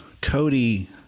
Cody